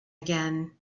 again